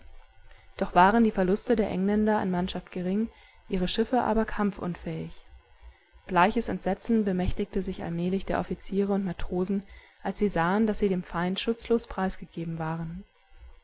doch waren die verluste der engländer an mannschaft gering ihre schiffe aber kampfunfähig bleiches entsetzen bemächtigte sich allmählich der offiziere und matrosen als sie sahen daß sie dem feind schutzlos preisgegeben waren